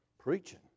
preaching